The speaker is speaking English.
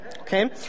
Okay